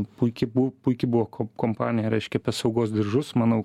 puiki bu puiki buvo ko kompanija reiškia apie saugos diržus manau